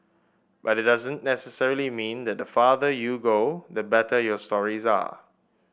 but it doesn't necessarily mean that the farther you go the better your stories are